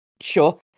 Sure